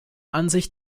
ansicht